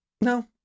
No